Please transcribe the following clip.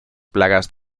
plagas